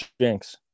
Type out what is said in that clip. jinx